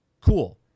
Cool